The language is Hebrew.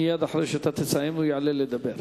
מייד לאחר שתסיים הוא יעלה לדבר.